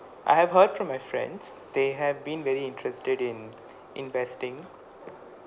I have heard from my friends they have been very interested in investing